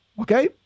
Okay